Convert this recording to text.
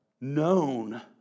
Known